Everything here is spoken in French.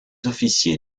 officiers